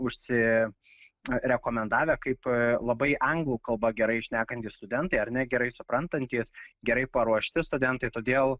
užsirekomendavę kaip labai anglų kalba gerai šnekantys studentai ar ne gerai suprantantys gerai paruošti studentai todėl